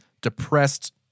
depressed